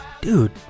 Dude